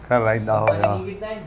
कराईंदा हुआ